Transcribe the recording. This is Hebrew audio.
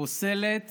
פוסלת